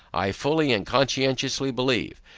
i fully and conscientiously believe,